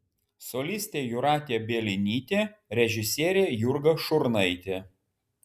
solistė jūratė bielinytė režisierė jurga šurnaitė